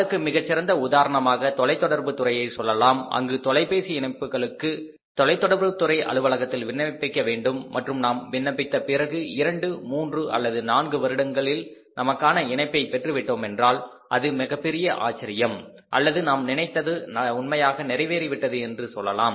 அதற்கு மிகச்சிறந்த உதாரணமாக தொலைத்தொடர்புத் துறையை சொல்லலாம் அங்கு தொலைபேசி இணைப்புகளுக்கு தொலைத்தொடர்புத் துறை அலுவலகத்தில் விண்ணப்பிக்க வேண்டும் மற்றும் நாம் விண்ணப்பித்த பிறகு இரண்டு மூன்று அல்லது நான்கு வருடங்களில் நமக்கான இணைப்பை பெற்று விட்டோம் என்றால் அது மிகப்பெரிய ஆச்சரியம் அல்லது நாம் நினைத்தது உண்மையாக நிறைவேறிவிட்டது என்று சொல்லலாம்